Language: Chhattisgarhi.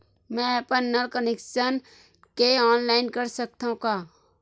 मैं अपन नल कनेक्शन के ऑनलाइन कर सकथव का?